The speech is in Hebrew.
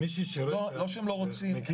לא שהם לא רוצים,